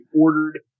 ordered